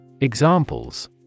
Examples